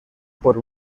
por